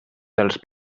dels